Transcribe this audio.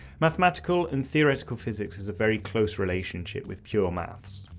mathematical and theoretical physics has a very close relationship with pure maths.